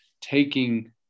taking